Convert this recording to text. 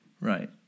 Right